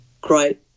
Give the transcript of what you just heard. great